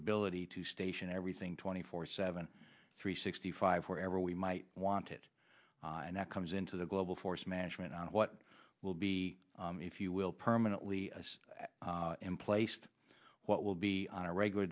ability to station everything twenty four seven three sixty five wherever we might want it and that comes into the global force management on what will be if you will permanently emplaced what will be on a regular